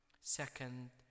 Second